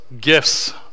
gifts